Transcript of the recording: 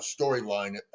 storyline